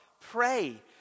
pray